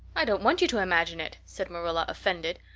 i don't want you to imagine it, said marilla, offended.